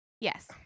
Yes